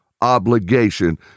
obligation